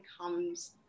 comes